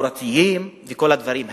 תעבורתיים וכל הדברים האלה.